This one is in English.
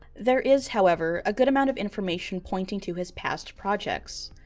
there is however a good amount of information pointing to his past projects.